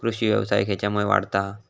कृषीव्यवसाय खेच्यामुळे वाढता हा?